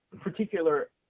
particular